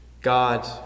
God